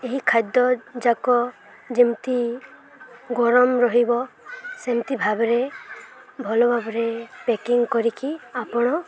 ଏହି ଖାଦ୍ୟଯାକ ଯେମିତି ଗରମ ରହିବ ସେମିତି ଭାବରେ ଭଲ ଭାବରେ ପ୍ୟାକିଂ କରିକି ଆପଣ